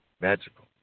magical